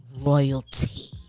royalty